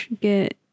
get